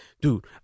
dude